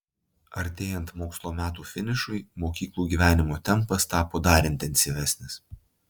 artėjant mokslo metų finišui mokyklų gyvenimo tempas tapo dar intensyvesnis